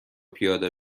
پیاده